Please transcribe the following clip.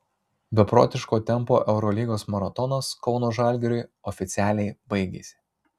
beprotiško tempo eurolygos maratonas kauno žalgiriui oficialiai baigėsi